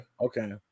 okay